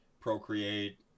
Procreate